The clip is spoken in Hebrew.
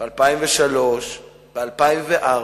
ב-2002, ב-2003, ב-2004,